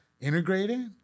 integrated